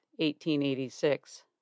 1886